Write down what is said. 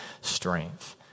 strength